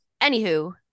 Anywho